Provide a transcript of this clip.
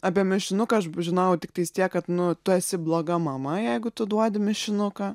apie mišinuką aš žinojau tiktai tiek kad nu tu esi bloga mama jeigu tu duodi mišinuką